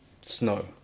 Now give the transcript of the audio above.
snow